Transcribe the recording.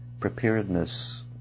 preparedness